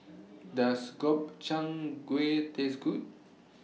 Does Gobchang Gui Taste Good